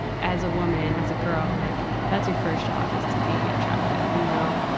as a woman, as a girl, like that's you're first job, is to be attractive, you know.